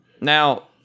Now